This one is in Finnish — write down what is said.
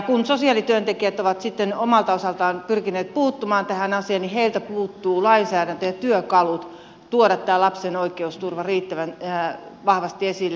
kun sosiaalityöntekijät ovat sitten omalta osaltaan pyrkineet puuttumaan tähän asiaan niin heiltä puuttuvat lainsäädäntö ja työkalut tuoda lapsen oikeusturva riittävän vahvasti esille